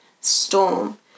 storm